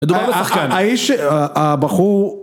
מדובר בשחקן, האיש הבחור